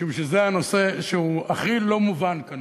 משום שזה הנושא שהוא הכי לא מובן כאן,